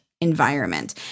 Environment